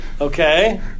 okay